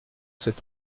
cette